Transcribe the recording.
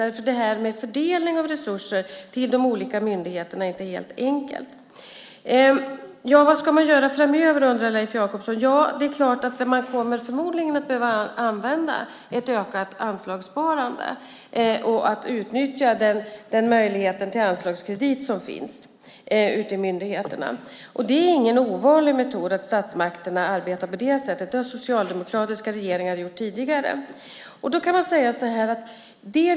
Det här med fördelning av resurser till de olika myndigheterna är inte helt enkelt. Vad ska man göra framöver? undrar Leif Jakobsson. Man kommer förmodligen att behöva använda ett ökat anslagssparande och utnyttja möjligheten till anslagskredit som finns hos myndigheterna. Det är ingen ovanlig metod att statsmakterna arbetar på det sättet. Det har socialdemokratiska regeringar gjort tidigare.